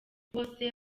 bose